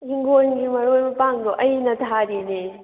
ꯍꯤꯡꯒꯣꯜꯒꯤ ꯃꯔꯣꯏ ꯃꯄꯥꯡꯗꯣ ꯑꯩꯅ ꯊꯥꯔꯤꯅꯦ